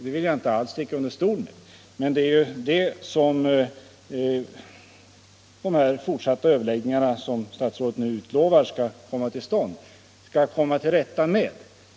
Det vill jag inte alls sticka under stol med. Det är detta de fortsatta överläggningar som statsrådet utlovar skall komma till stånd skall komma till rätta med.